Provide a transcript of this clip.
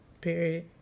period